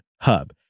hub